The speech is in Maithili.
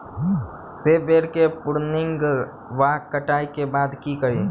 सेब बेर केँ प्रूनिंग वा कटाई केँ बाद की करि?